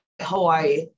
hawaii